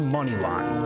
Moneyline